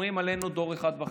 אומרים שאנחנו דור אחד וחצי,